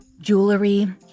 jewelry